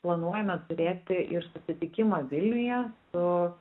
planuojame turėti ir susitikimą vilniuje su